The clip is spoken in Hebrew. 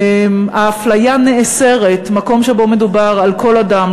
האפליה נאסרת מקום שבו מדובר על כל אדם,